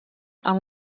amb